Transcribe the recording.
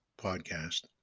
podcast